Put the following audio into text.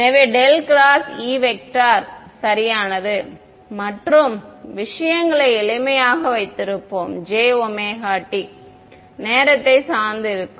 எனவே ∇xE சரியானது மற்றும் விஷயங்களை எளிமையாக வைத்திருப்போம் jωt நேரத்தை சார்ந்து இருக்கும்